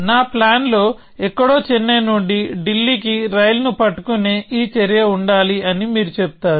నా ప్లాన్ లో ఎక్కడో చెన్నై నుండి ఢిల్లీకి రైలును పట్టుకునే ఈ చర్య ఉండాలి అని మీరు చెబుతారు